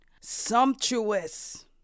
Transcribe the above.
sumptuous